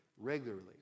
regularly